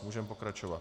Můžeme pokračovat.